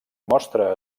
mostra